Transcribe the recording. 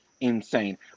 insane